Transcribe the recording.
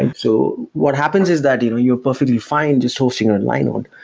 and so what happens is that you know you're perfectly fine just hosting your line node.